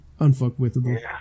unfuckwithable